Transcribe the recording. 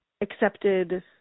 accepted